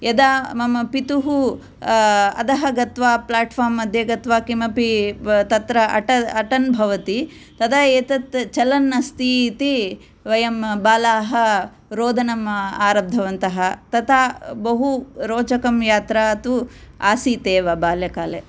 यदा मम पितुः अधः गत्वा प्लट्फार्म् मध्ये गत्वा किमपि तत्र अट अटन् भवति तदा एतत् चलन् अस्ति इति वयं बालाः रोदनं आरब्धवन्तः तथा बहु रोचकं यात्रा तु आसीत् एव बाल्यकाले